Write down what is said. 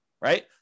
right